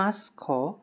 পাঁচশ